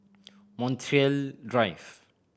Montreal Drive